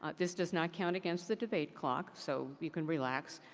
ah this does not count against the debate clock, so you can relax.